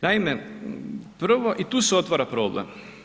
Naime, prvo, i tu se otvara problem.